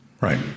Right